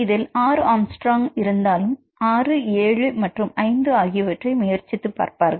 இதில் ஆறு Armstrong A இருந்தாலும் 6 7 மற்றும் 5 ஆகியவற்றை முயற்சித்து பார்ப்பார்கள்